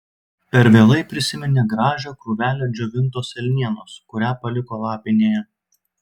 per vėlai prisiminė gražią krūvelę džiovintos elnienos kurią paliko lapinėje